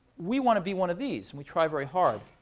we want to be one of these. and we try very hard.